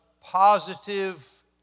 positive